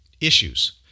issues